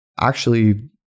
actually-